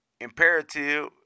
imperative